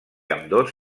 ambdós